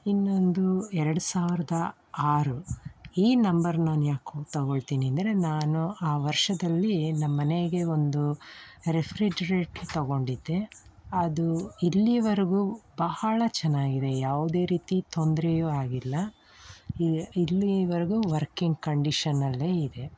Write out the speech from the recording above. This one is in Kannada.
ಇನ್ನೊಂದು ಎರಡು ಸಾವಿರದ ಆರು ಈ ನಂಬರ್ ನಾನು ಯಾಕೋ ತಗೊಳ್ತೀನಿ ಅಂದರೆ ನಾನು ಆ ವರ್ಷದಲ್ಲಿ ನಮ್ಮ ಮನೆಗೆ ಒಂದು ರೆಫ್ರಿಜರೇಟ್ರ್ ತಗೊಂಡಿದ್ದೆ ಅದು ಇಲ್ಲಿವರ್ಗೂ ಬಹಳ ಚೆನ್ನಾಗಿದೆ ಯಾವುದೇ ರೀತಿ ತೊಂದರೆಯೂ ಆಗಿಲ್ಲ ಇ ಇಲ್ಲಿವರ್ಗೂ ವರ್ಕಿಂಗ್ ಕಂಡೀಷನಲ್ಲೇ ಇದೆ